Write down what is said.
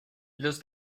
los